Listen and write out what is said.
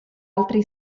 altri